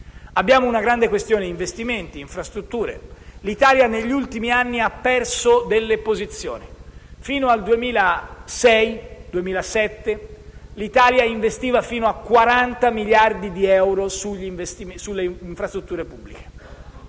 Abbiamo una grande questione relativa a investimenti e infrastrutture. Negli ultimi anni l'Italia ha perso delle posizioni: fino al 2006-2007 l'Italia investiva fino a 40 miliardi di euro sulle infrastrutture pubbliche.